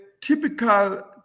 typical